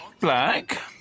Black